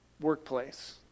workplace